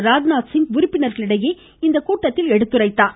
ராஜ்நாத்சிங் உறுப்பினர்களிடையே இந்த கூட்டத்தில் எடுத்துரைத்தார்